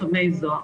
חמי זוהר,